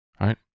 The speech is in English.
right